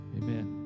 amen